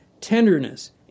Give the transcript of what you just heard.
tenderness